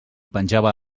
penjava